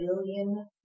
billion